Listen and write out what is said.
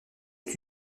est